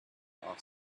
off